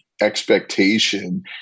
expectation